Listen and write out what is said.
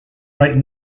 right